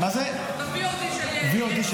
זה ב-VOD של יס.